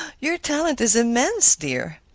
your talent is immense, dear!